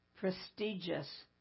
prestigious